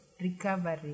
recovery